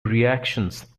reactions